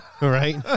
Right